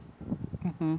mmhmm